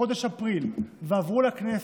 בחודש אפריל ועברו לכנסת,